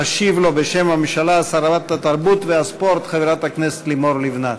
תשיב לו בשם הממשלה שרת התרבות והספורט חברת הכנסת לימור לבנת.